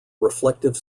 reflective